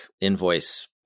invoice